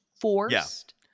forced